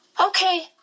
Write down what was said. Okay